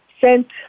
sent